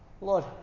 Lord